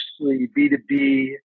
B2B